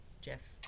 Jeff